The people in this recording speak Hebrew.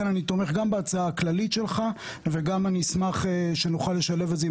אני תומך בהצעה הכללית שלך ואשמח אם נוכל לשלב אותה עם